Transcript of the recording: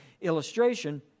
illustration